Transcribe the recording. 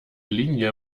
linie